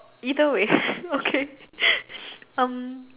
either way okay um